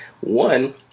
One